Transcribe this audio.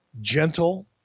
gentle